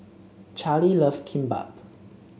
Charley loves Kimbap